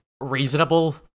reasonable